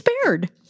spared